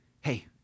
hey